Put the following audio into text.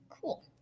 cool